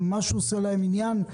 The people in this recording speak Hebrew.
זה ממש נותן להם עניין.